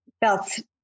belts